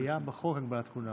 היה בחוק הגבלת כהונה,